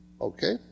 Okay